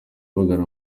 bagana